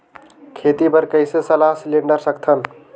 खेती बर कइसे सलाह सिलेंडर सकथन?